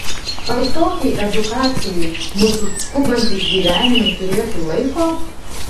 ar tokiai edukacijai mūsų skubantys gyvenimai turėtų laiko